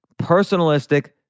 personalistic